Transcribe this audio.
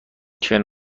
کنار